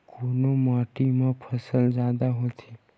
कोन माटी मा फसल जादा होथे?